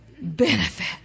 benefit